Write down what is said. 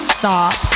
stop